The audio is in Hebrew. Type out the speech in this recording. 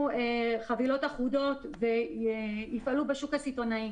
חבילות אחודות ויפעלו בשוק הסיטונאי.